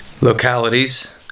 localities